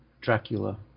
Dracula